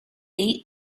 ate